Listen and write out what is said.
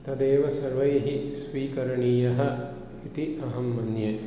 तदेव सर्वैः स्वीकरणीयः इति अहं मन्ये